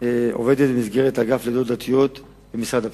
עובדת במסגרת האגף לעדות דתיות במשרד הפנים.